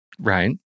Right